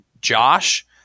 Josh